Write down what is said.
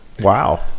Wow